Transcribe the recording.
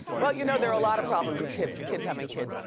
well, you know, there are a lot of problems with kids kids having kids,